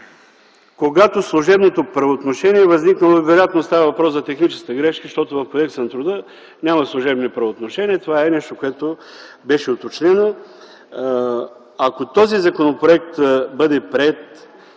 когато служебното правоотношение, възникнало – вероятно става въпрос за техническа грешка, защото в Кодекса на труда няма служебни правоотношения, това е нещо, което беше уточнено – ако този законопроект бъде приет